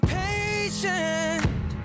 patient